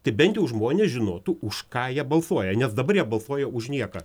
tai bent žmonės žinotų už ką jie balsuoja nes dabar jie balsuoja už nieką